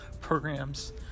programs